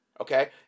Okay